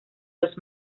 los